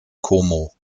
como